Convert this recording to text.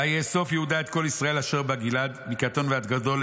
ויאסוף יהודה את כל ישראל אשר בגלעד מקטון ועד גדול,